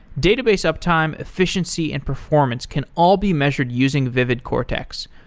database uptime, efficiency, and performance can all be measured using vividcortex.